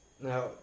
now